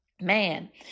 man